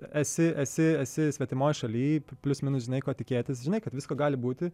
esi esi esi svetimoj šaly plius minus žinai ko tikėtis žinai kad visko gali būti